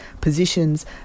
positions